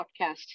Podcast